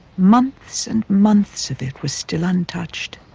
months and months of it were still untouched.